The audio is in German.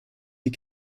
die